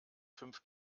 fünf